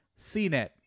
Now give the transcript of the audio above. CNET